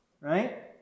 right